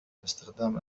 باستخدام